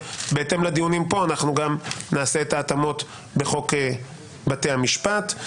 ובהתאם לדיונים פה אנחנו גם נעשה את ההתאמות בחוק בתי המשפט.